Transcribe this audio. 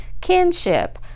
kinship